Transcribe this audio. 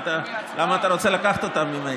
למה אתה רוצה לקחת אותן ממני.